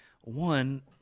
one